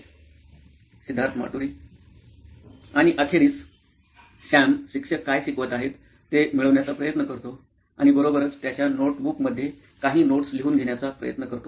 सिद्धार्थ माटुरी मुख्य कार्यकारी अधिकारी नॉइन इलेक्ट्रॉनिक्स आणि अखेरीस सॅम शिक्षक काय शिकवत आहे ते मिळवण्याचा प्रयत्न करतो आणि बरोबरच त्याच्या नोटबुक मध्ये काही नोट्स लिहून घेण्याचा प्रयत्न करतो